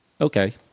okay